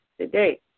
today